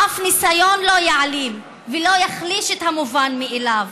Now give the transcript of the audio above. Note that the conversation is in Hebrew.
אף ניסיון לא יעלים ולא יחליש את המובן מאליו,